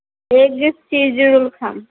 roll খাম